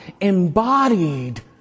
embodied